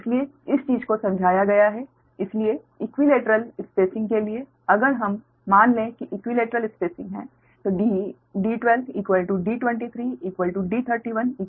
इसलिए इस चीज़ को समझाया गया है इसलिए ईक्विलेटरल स्पेसिंग के लिए कि अगर हम मान लें कि equilateral spacing D12 D23 D31 D है